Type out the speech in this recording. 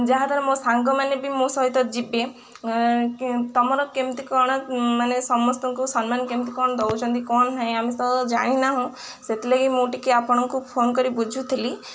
ଯାହାଦ୍ୱାରା ମୋ ସାଙ୍ଗମାନେ ବି ମୋ ସହିତ ଯିବେ ତମର କେମିତି କ'ଣ ମାନେ ସମସ୍ତଙ୍କୁ ସମ୍ମାନ କେମିତି କ'ଣ ଦେଉଛନ୍ତି କ'ଣ ନାହିଁ ଆମେ ତ ଜାଣିନାହୁଁ ସେଥିଲାଗି ମୁଁ ଟିକେ ଆପଣଙ୍କୁ ଫୋନ୍ କରି ବୁଝୁଥିଲି